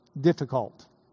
difficult